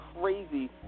crazy